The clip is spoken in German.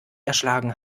erschlagen